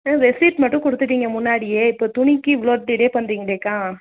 ஆ receipt மட்டும் கொடுத்துட்டீங்க முன்னாடியே இப்போ துணிக்கு இவ்வளோ டிலே பண்ணுறீங்களேக்கா